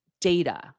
data